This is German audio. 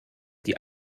die